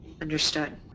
Understood